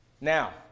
Now